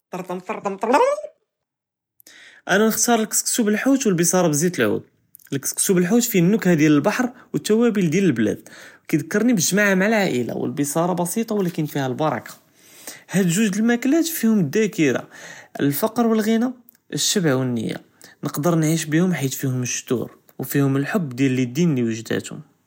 תרטאן תרטאן תרייייט אנה נכתאר לכְּסכְּסו בִּלחוּת ו לבִּיצאר בִּזִית לעוּד, לכְּסכְּסו בִּלחוּת פיהא נְכַּה דיאל לְבְּחַר ו לתְוַאבֶּל דיאל לְבְּלאד, כִּיכְּדְכרנִי בִּגְ׳מאעָה מעא לעאִילָה, לבִּיצאר בסִיט ולכִּין פיהא לבראכָּה, האד זוּז מעכְּלאת פִיהוּם דָאכְּרָה, לפקּר ו לְע׳נָא לְשְׁבַּע ו לנִיַה, נקדר נְעִישׁ בִּיהוּם חִית פִיהוּם לגְ׳דוּר ו פִיהוּם לחוּבְּ דיאל לְיְדִין לוּגְ׳דְתוּם.